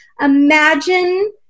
imagine